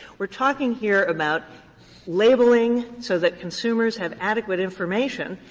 we're talking here about labeling so that consumers have adequate information,